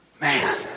man